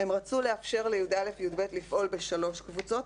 הם רצו לאפשר ל-י"א-י"ב לפעול בשלוש קבוצות,